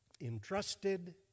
entrusted